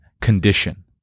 condition